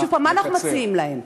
שוב, מה אנחנו מציעים להם?